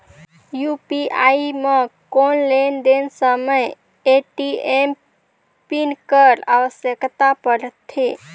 UPI म कौन लेन देन समय ए.टी.एम पिन कर आवश्यकता पड़थे?